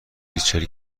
ریچل